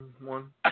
one